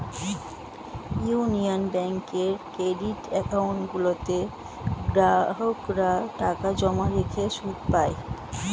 union ব্যাঙ্কের credit account গুলোতে গ্রাহকরা টাকা জমা রেখে সুদ পায়